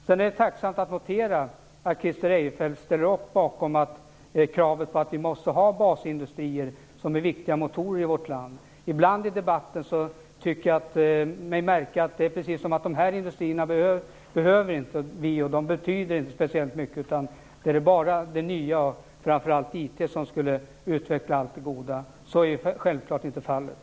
Det är tacknämligt att kunna notera att Christer Eirefelt ställer upp bakom kravet på att vi måste ha basindustrier, som är viktiga motorer i vårt land. Ibland tycker jag mig märka att man i debatten antyder att vi inte behöver de här industrierna och att de inte betyder speciellt mycket. Man tror att det är det nya - framför allt IT - som skall utveckla allt det goda. Så är självklart inte fallet.